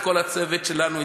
את כל הצוות שלנו,